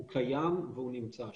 הוא קיים והוא נמצא שם.